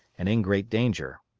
and in great danger.